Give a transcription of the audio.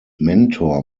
mentor